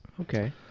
Okay